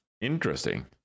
Interesting